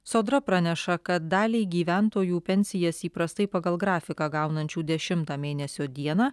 sodra praneša kad daliai gyventojų pensijas įprastai pagal grafiką gaunančių dešimtą mėnesio dieną